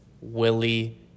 Willie